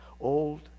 old